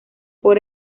por